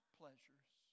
pleasures